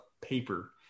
paper